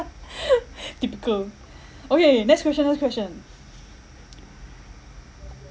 typical okay next question next question